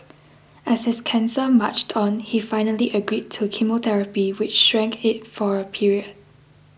as his cancer marched on he finally agreed to chemotherapy which shrank it for a period